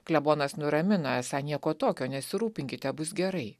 klebonas nuramino esą nieko tokio nesirūpinkite bus gerai